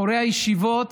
בחורי הישיבות,